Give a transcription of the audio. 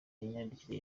imyandikire